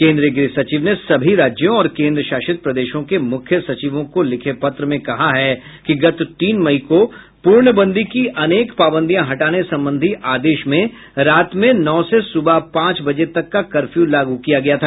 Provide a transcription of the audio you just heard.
केन्द्रीय गृह सचिव ने सभी राज्यों और केन्द्र शासित प्रदेशों के मुख्य सचिवों को लिखे पत्र में कहा है कि गत तीन मई को पूर्णबंदी की अनेक पाबंदियां हटाने संबंधी आदेश में रात में नौ से सुबह पांच बजे तक का कर्फ्यू लागू किया गया था